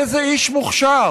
איזה איש מוכשר.